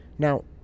Now